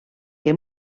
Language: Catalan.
que